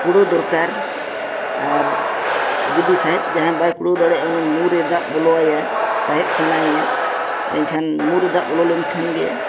ᱠᱩᱲᱟᱹᱣ ᱫᱚᱨᱠᱟᱨ ᱟᱨ ᱡᱩᱫᱤ ᱥᱟᱦᱮᱫ ᱡᱟᱦᱟᱸᱭ ᱵᱟᱭ ᱠᱩᱲᱟᱹᱣ ᱫᱟᱲᱮᱭᱟᱜᱼᱟ ᱩᱱᱤ ᱢᱩᱨᱮ ᱫᱟᱜ ᱵᱚᱞᱚᱣᱟᱭᱟ ᱥᱟᱦᱮᱫ ᱥᱟᱱᱟᱭᱮᱭᱟ ᱮᱱᱠᱷᱟᱱ ᱢᱩᱨᱮ ᱫᱟᱜ ᱵᱚᱞᱚ ᱞᱮᱱᱠᱷᱟᱱᱜᱮ